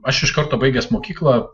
aš iš karto baigęs mokyklą